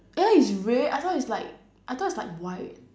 !huh! it's red I thought it's like I thought it's like white